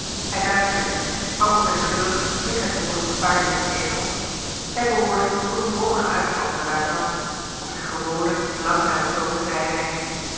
hij luisterde niet maar onwillekeurig ving zijn oor een paar zinsneden op zij behoorden tot een brommigen uitval van den luitenant op zijn gewonen langzamen toon zeide hij